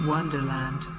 Wonderland